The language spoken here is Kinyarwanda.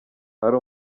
hari